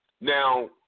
Now